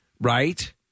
right